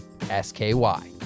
S-K-Y